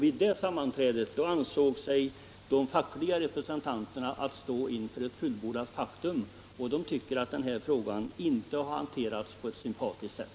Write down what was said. Vid det sammanträdet ansåg sig de fackliga representanterna stå inför ett fullbordat faktum, och de tycker att frågan inte har hanterats på ett sympatiskt sätt.